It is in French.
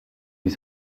mes